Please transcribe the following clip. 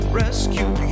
rescue